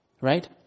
right